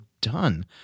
done